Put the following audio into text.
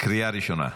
קריאה ראשונה.